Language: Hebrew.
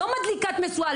לא מדליקת משואה,